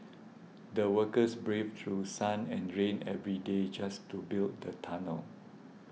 the workers braved through sun and rain every day just to build the tunnel